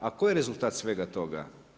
A koji je rezultat svega toga?